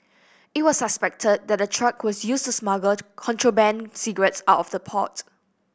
it was suspected that the truck was used to smuggle contraband cigarettes out of the port